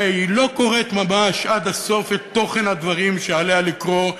שהיא לא קוראת ממש עד הסוף את תוכן הדברים שעליה לקרוא,